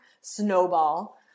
snowball